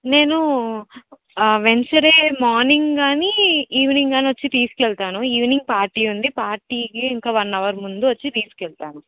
నేను Wednesday morning కానీ evening కానీ వచ్చి తీసుకెళ్తాను ఈవినింగ్ పార్టీ ఉంది పార్టీకి ఇంకా వన్ అవర్ ముందు వచ్చి తీసుకెళ్తాను